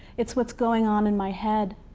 it's what's going on in my head.